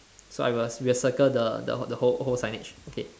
so I will we'll circle the the whole whole signage okay